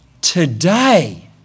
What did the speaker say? Today